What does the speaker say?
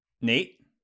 Nate